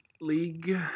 League